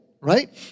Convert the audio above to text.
right